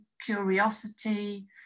curiosity